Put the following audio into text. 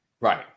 Right